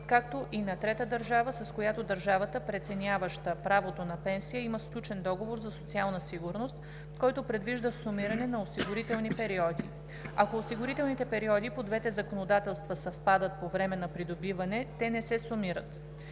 както и на трета държава, с която държавата, преценяваща правото на пенсия, има сключен договор за социална сигурност, който предвижда сумиране на осигурителни периоди. Ако осигурителните периоди по двете законодателства съвпадат по време на придобиване, те не се сумират.